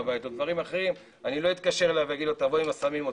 כל מיני דברים אחרים אני לא אתקשר ואגיד לו תבוא עם הסמים.